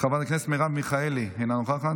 חבר הכנסת חמד עמאר, אינו נוכח,